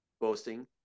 boasting